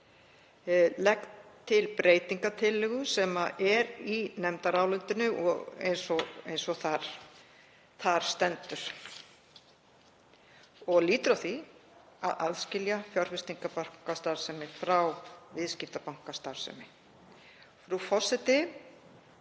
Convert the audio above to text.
leggur til breytingartillögu sem er í nefndarálitinu eins og þar stendur og lýtur að því að aðskilja fjárfestingarbankastarfsemi og viðskiptabankastarfsemi. Frú forseti.